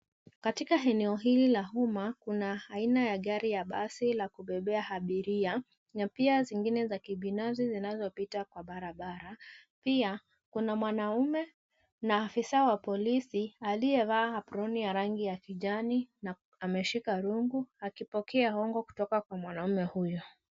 Katika eneo hili la uma kuna aina ya gari ya basi la kubebea abiria na pia zingine za kibinafsi zinazopita kwa barabara pia kuna mwanaume na afisa wa polisi aliyevaa aproni ya rangi ya kijani na ameshika rungu akipokea hongo kutoka kwa mwanaume huyo.